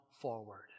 forward